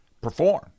perform